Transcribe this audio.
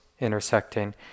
intersecting